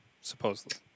supposedly